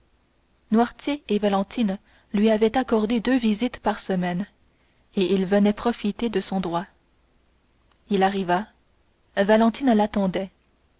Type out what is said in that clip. noirtier et valentine lui avaient accordé deux visites par semaine et il venait profiter de son droit il arriva valentine l'attendait